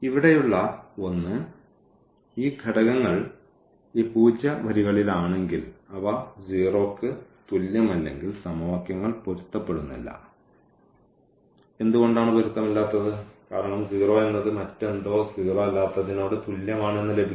ഇവിടെയുള്ള ഒന്ന് ഈ ഘടകങ്ങൾ ഈ പൂജ്യ വരികളിലാണെങ്കിൽ അവ 0 ന് തുല്യമല്ലെങ്കിൽ സമവാക്യങ്ങൾ പൊരുത്തപ്പെടുന്നില്ല എന്തുകൊണ്ടാണ് പൊരുത്തമില്ലാത്തത് കാരണം 0 എന്നത് മറ്റെന്തോ സീറോ അല്ലാത്തതിനോട് തുല്യമാണ് എന്ന് ലഭിക്കും